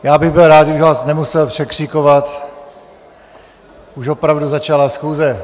Já bych byl rád, kdybych vás nemusel překřikovat, už opravdu začala schůze.